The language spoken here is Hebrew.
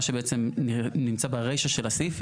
מה שנמצא ברישא של הסעיף,